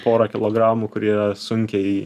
porą kilogramų kurie sunkiai